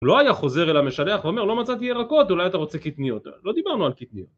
הוא לא היה חוזר אל המשלח ואומר לא מצאתי ירקות, אולי אתה רוצה קטניות, לא דיברנו על קטניות